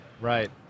right